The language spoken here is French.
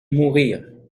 mourir